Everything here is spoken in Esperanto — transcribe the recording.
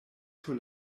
sur